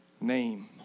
name